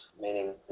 meaning